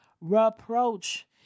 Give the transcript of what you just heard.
reproach